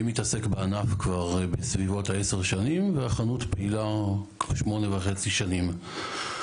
אני מתעסק בענף בסביבות עשר שנים והחנות פעילה שמונה וחצי שנים.